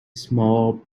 small